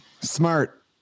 Smart